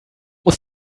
muss